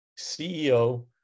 CEO